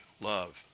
love